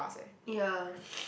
ya